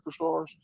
superstars